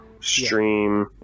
stream